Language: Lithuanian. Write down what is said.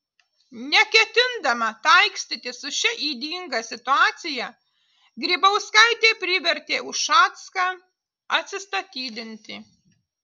neketindama taikstytis su šia ydinga situacija grybauskaitė privertė ušacką atsistatydinti